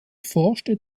forschte